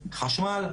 חשמל,